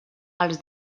els